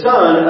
Son